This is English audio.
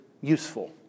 useful